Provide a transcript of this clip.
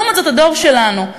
לעומת זאת הדור שלנו,